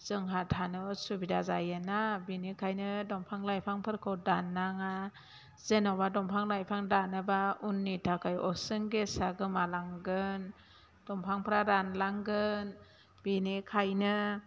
जोंहा थानो उसुबिदा जायोना बिनिखायनो दंफां लाइफांफोरखौ दाननाङा जेनेबा दंफां लाइफां दानोब्ला उननि थाखाय अक्सिजेन गेसा गोमा लांगोन दंफांफ्रा रानलांगोन बिनिखायनो